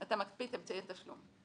אתה מקפיא את אמצעי תשלום.